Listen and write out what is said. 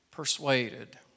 Persuaded